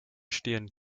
stehen